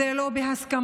זה לא בהסכמה,